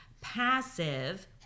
passive